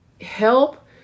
help